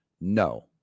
No